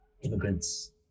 immigrants